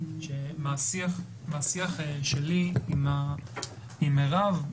מהשיח שלי עם מירב,